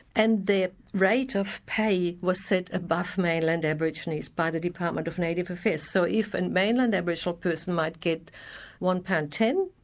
and their rate of pay was set above mainland aborigines by the department of native affairs, so if a and mainland aboriginal person might get one pound ten,